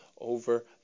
over